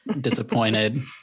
Disappointed